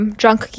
drunk